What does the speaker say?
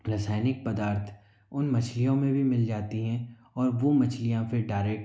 रासायनिक पदार्थ उन मछलियों में भी मिल जाती हैं और वो मछलियां फिर डायरेक्ट